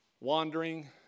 wandering